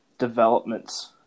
developments